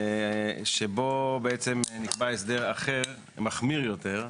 שבו בעצם נקבע הסדר אחר, מחמיר יותר,